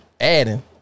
adding